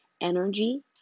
energy